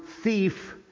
thief